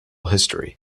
history